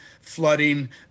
flooding